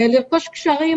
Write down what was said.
לרכוש קשרים.